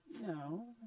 no